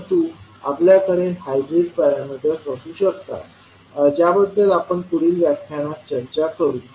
परंतु आपल्याकडे hybrid parameters असू शकतात ज्याबद्दल आपण पुढील व्याख्यानात चर्चा करू